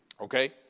Okay